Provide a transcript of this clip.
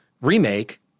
remake